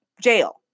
jail